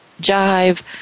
jive